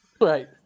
Right